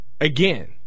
Again